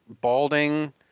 balding